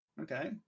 Okay